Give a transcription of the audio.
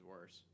worse